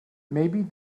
maybe